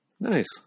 Nice